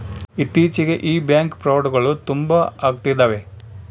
ಇತ್ತೀಚಿಗೆ ಈ ಬ್ಯಾಂಕ್ ಫ್ರೌಡ್ಗಳು ತುಂಬಾ ಅಗ್ತಿದವೆ